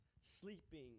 sleeping